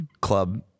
club